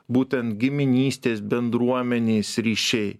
būtent giminystės bendruomenės ryšiai